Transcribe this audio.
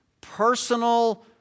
personal